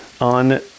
on